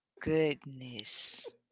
Goodness